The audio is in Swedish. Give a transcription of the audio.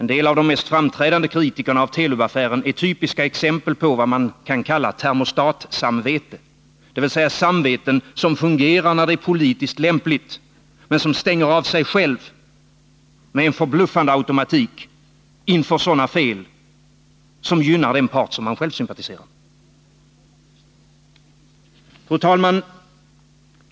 En del av de mest framträdande kritikerna av Telub-affären ger typiska exempel på vad man kan kalla termostatsamveten — dvs. samveten som fungerar när det är politiskt lämpligt, men som stänger av sig själva med en förbluffande automatik inför sådana fel som gynnar den part man själv sympatiserar med. Fru talman!